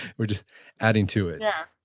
we're just adding to it yeah.